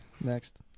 Next